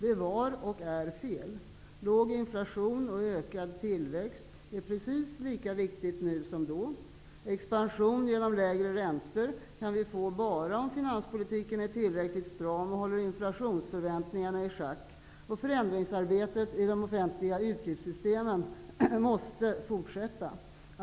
Det var och är fel. Låg inflation och ökad tillväxt är precis lika viktigt nu som då. Expansion genom lägre räntor kan vi få bara om finanspolitiken är tillräckligt stram och håller inflationsförväntningarna i schack, och arbetet med att förändra de offentliga utgiftssystemen måste fortsätta.